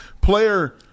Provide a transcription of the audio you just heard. player